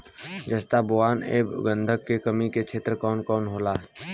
जस्ता बोरान ऐब गंधक के कमी के क्षेत्र कौन कौनहोला?